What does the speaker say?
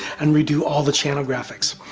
and redo all the channel graphics.